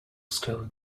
still